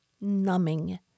numbing